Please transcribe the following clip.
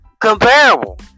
comparable